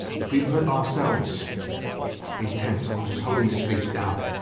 if we put ourselves intent on just holding this beast down,